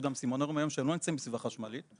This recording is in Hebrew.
יש גם סימנורים היום שלא נמצאים בסביבה חשמלית,